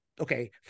okay